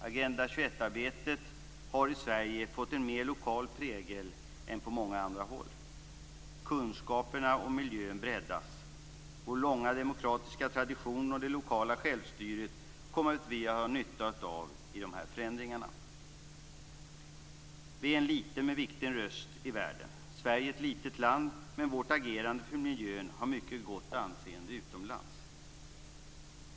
Agenda 21 arbetet har i Sverige fått en mer lokal prägel än på många andra håll. Kunskaperna om miljön breddas. Vår långa demokratiska tradition och det lokala självstyret kommer vi att ha nytta av i dessa förändringar. Vi är en liten men viktig röst i världen. Sverige är ett litet land, men vårt agerande för miljön har mycket gott anseende utomlands.